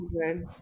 good